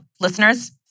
listeners